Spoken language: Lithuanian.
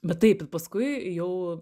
bet taip ir paskui jau